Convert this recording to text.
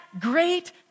great